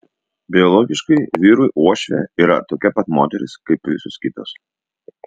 biologiškai vyrui uošvė yra tokia pat moteris kaip visos kitos